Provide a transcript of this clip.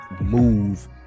move